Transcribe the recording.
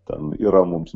ten yra mums